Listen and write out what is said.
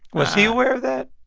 was he aware of that?